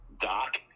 Doc